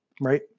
right